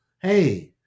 hey